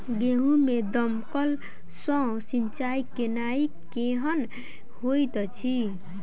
गेंहूँ मे दमकल सँ सिंचाई केनाइ केहन होइत अछि?